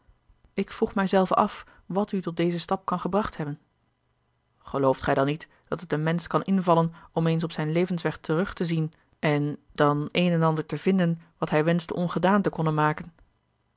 ik vroeg mij zelven af wat u tot dezen stap kan gebracht hebben gelooft gij dan niet dat het een mensch kan invallen om eens op zijn levensweg terug te zien en dan een en ander te vinden wat hij wenschte ongedaan te konnen maken